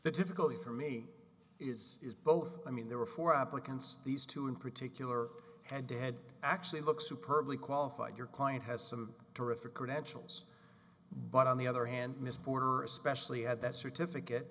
the difficulty for me is is both i mean there were four applicants these two in particular had had actually looks who personally qualified your client has some terrific credentials but on the other hand ms former especially at that certificate